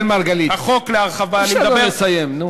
חבר הכנסת אראל מרגלית, אפשר לו לסיים, נו.